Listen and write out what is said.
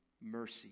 mercy